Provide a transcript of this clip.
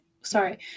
sorry